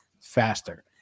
faster